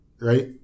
Right